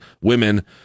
women